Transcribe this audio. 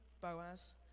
boaz